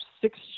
six